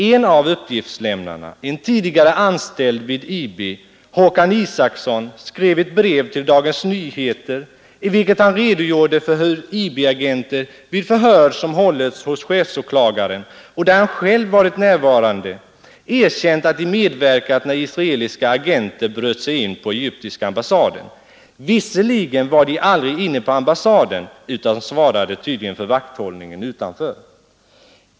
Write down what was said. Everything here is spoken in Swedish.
En av uppgiftslämnarna, en tidigare anställd vid IB, Håkan Isacsson, skrev ett brev till Dagens Nyheter i vilket han redogjorde för hur IB-agenter vid förhör som hållits hos chefsåklagaren och där han själv varit närvarande erkänt att de medverkat när israeliska agenter bröt sig in på egyptiska ambassaden. Visserligen var de aldrig inne på ambassaden, men de svarade för vakthållningen utanför.